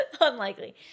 Unlikely